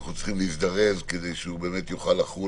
אנחנו צריכים להזדרז כדי שהוא יוכל לחול